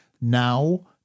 now